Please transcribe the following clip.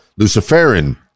luciferin